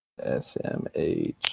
SMH